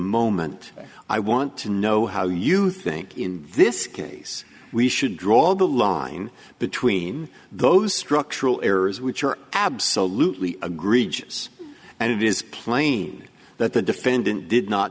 moment i want to know how you think in this case we should draw the line between those structural errors which are absolutely agreed choose and it is plain that the defendant did not